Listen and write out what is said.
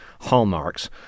hallmarks